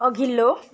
अघिल्लो